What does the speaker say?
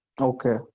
Okay